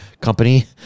company